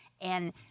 And-